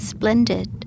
Splendid